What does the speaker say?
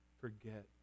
forget